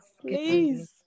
please